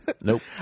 Nope